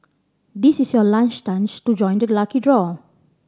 this is your last chance to join the lucky draw